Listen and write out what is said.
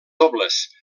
dobles